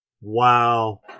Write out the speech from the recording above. Wow